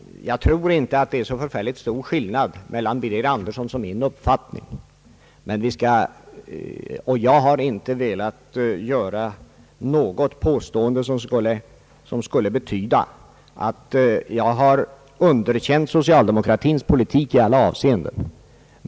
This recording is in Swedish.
Jag tror inte att skillnaden är så förfärligt stor mellan herr Birger Anderssons och min uppfattning, och något påstående som skulle betyda att jag underkänt socialdemokratins politik i alla avseenden har jag inte velat göra.